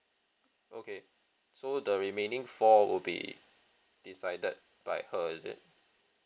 okay so the remaining four would be decided by her is it